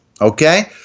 Okay